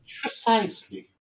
Precisely